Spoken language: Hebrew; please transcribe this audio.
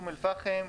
אום אל-פאחם,